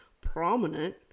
prominent